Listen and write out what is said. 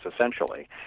essentially